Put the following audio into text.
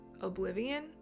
oblivion